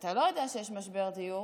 ואתה לא יודע שיש משבר דיור,